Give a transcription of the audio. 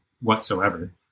whatsoever